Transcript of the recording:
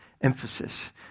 emphasis